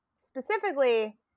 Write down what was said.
specifically